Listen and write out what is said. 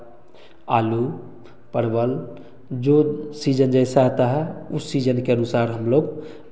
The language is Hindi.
आलू परवल जो सीजन जैसा आता है उस सीजन के अनुसार हम लोग